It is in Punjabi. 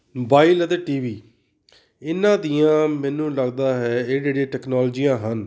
ਮੋਬਾਈਲ ਅਤੇ ਟੀ ਵੀ ਇਹਨਾਂ ਦੀਆਂ ਮੈਨੂੰ ਲੱਗਦਾ ਹੈ ਇਹ ਜਿਹੜੀ ਟੈਕਨੋਲਜੀਆਂ ਹਨ